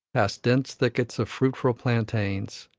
past dense thickets of fruitful plantains,